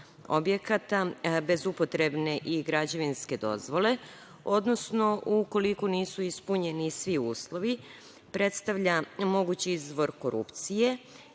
objekata bez upotrebne i građevinske dozvole, odnosno ukoliko nisu ispunjeni svi uslovi predstavlja mogući izvor korupcije